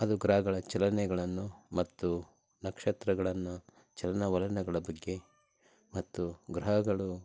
ಅದು ಗ್ರಹಗಳ ಚಲನೆಗಳನ್ನು ಮತ್ತು ನಕ್ಷತ್ರಗಳನ್ನು ಚಲನವಲ್ನಗಳ ಬಗ್ಗೆ ಮತ್ತು ಗ್ರಹಗಳು